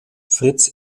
fritz